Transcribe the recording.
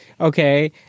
Okay